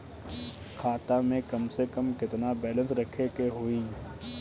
खाता में कम से कम केतना बैलेंस रखे के होईं?